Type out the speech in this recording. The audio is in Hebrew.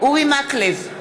אורי מקלב,